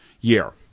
year